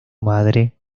madre